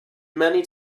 many